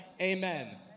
amen